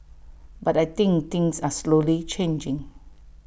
but I think things are slowly changing